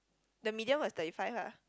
the medium was thirty five lah